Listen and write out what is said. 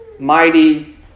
mighty